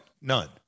none